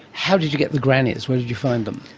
how did you get the grannies, where did you find them?